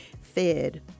fed